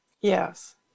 Yes